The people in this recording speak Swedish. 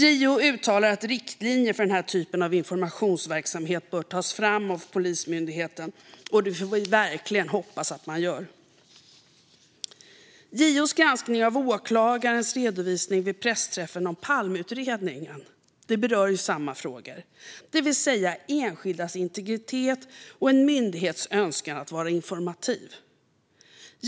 JO uttalar att riktlinjer för den här typen av informationsverksamhet bör tas fram av Polismyndigheten, och det får vi verkligen hoppas att man gör. JO:s granskning av åklagarens redovisning vid pressträffen om Palmeutredningen berör samma frågor, det vill säga enskildas integritet och en myndighets önskan att vara informativ.